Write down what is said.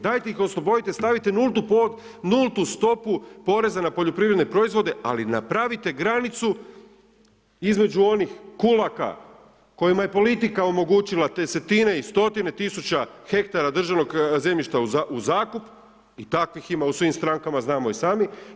Dajte ih oslobodite, stavite nultu stopu poreza na poljoprivredne proizvode, ali napravite granicu između onih kulaka kojima je politika omogućila desetine i stotine tisuća hektara državnog zemljišta u zakup i takvih ima u svim strankama, znamo i sami.